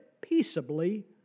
peaceably